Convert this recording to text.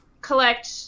collect